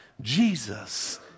Jesus